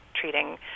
treating